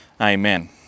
Amen